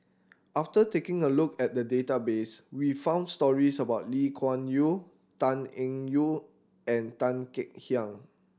after taking a look at the database we found stories about Lee Kuan Yew Tan Eng Yoon and Tan Kek Hiang